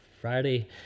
Friday